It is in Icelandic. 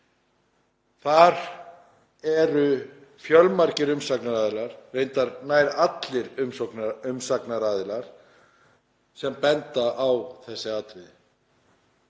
það eru fjölmargir umsagnaraðilar, reyndar nær allir umsagnaraðilar, sem benda á þessi atriði.